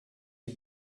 die